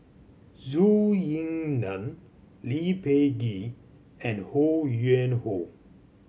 Zhou Ying Nan Lee Peh Gee and Ho Yuen Hoe